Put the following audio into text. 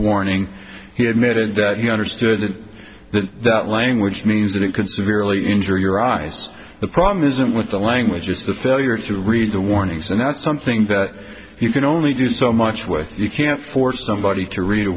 warning he admitted that he understood it then that language means that it could severely injure your eyes the problem isn't with the language it's the failure to read the warnings and that's something that you can only do so much with you can't force somebody to read a